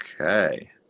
Okay